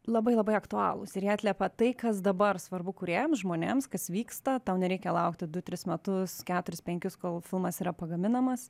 labai labai aktualūs ir jie atliepia tai kas dabar svarbu kūrėjams žmonėms kas vyksta tau nereikia laukti du tris metus keturis penkis kol filmas yra pagaminamas